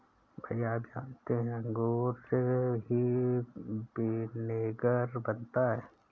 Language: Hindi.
भैया आप जानते हैं अंगूर से ही विनेगर बनता है